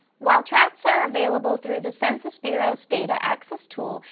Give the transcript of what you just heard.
while tracts are available through the census bureau's data access tool,